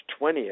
20th